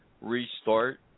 restart